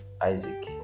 Isaac